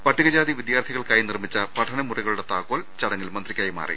പട്ടികജാതി വിദ്യാർഥികൾക്കായി നിർമ്മിച്ച പഠന മുറിക ളുടെ താക്കോൽ ചടങ്ങിൽ മന്ത്രി കൈമാറി